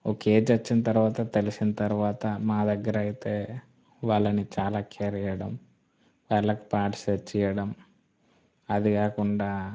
ఒక ఏజ్ వచ్చిన తరువాత తెలిసిన తరువాత మా దగ్గర అయితే వాళ్ళని చాలా కేర్ చేయడం వాళ్ళకి ప్యాడ్స్ తెచ్చి ఇవ్వడం అది కాకుండా